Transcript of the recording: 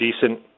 decent